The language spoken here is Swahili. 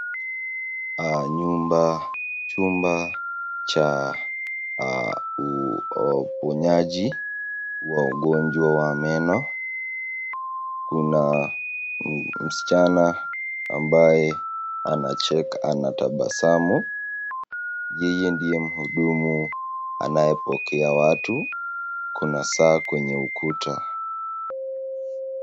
Chumba cha uponyaji wa ugonjwa wa meno. Kuna msichana ambaye anatabasamu, yeye ndiye mhudumu anayepokea watu. Kuna saa kwenye ukuta.